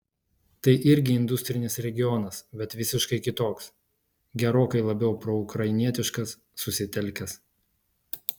tai irgi industrinis regionas bet visiškai kitoks gerokai labiau proukrainietiškas susitelkęs